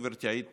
גברתי, היית